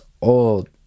old